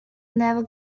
never